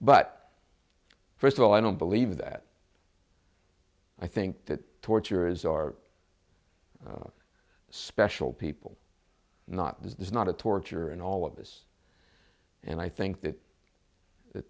but first of all i don't believe that i think that torture is our special people not this is not a torture and all of this and i think that the